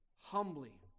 Humbly